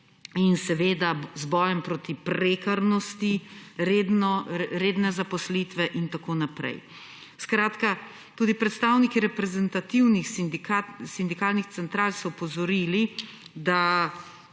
in seveda z bojem proti prekarnosti, redne zaposlitve, itn. Skratka, tudi predstavniki reprezentativnih sindikalnih central so opozorili, da